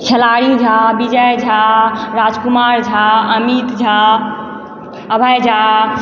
खेलाड़ी झा विजय झा राजकुमार झा अमित झा अभय झा